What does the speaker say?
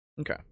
Okay